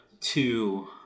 two